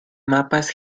mapas